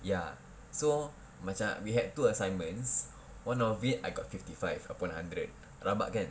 ya so macam we had two assignments one of it I got fifty five upon hundred rabak kan